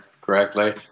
correctly